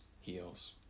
heals